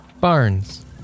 Barnes